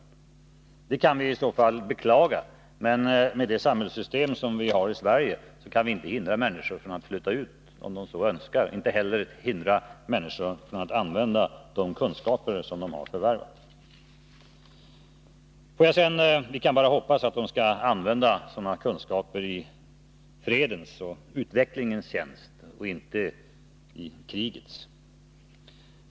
I så fall kan vi beklaga detta, men med det samhällssystem som vi har i Sverige kan vi inte hindra människor att flytta ut om de så önskar och inte heller hindra människor från att använda de kunskaper som de har förvärvat. Vi kan bara hoppas att vederbörande använder sina kunskaper i fredens och utvecklingens tjänst och inte i krigets.